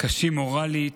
קשים מורלית,